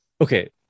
okay